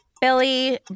Billy